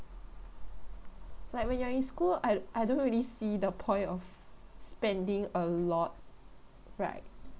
like when you are in school I I don't really see the point of spending a lot right